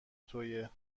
تویه